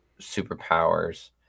superpowers